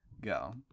Go